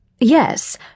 Yes